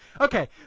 okay